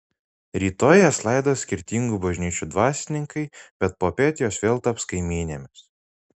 rytoj jas laidos skirtingų bažnyčių dvasininkai bet popiet jos vėl taps kaimynėmis